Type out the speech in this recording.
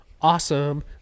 Awesome